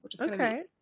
okay